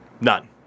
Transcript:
None